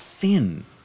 thin